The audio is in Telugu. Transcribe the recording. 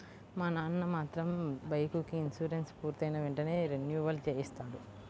మా నాన్న మాత్రం బైకుకి ఇన్సూరెన్సు పూర్తయిన వెంటనే రెన్యువల్ చేయిస్తాడు